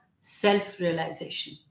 self-realization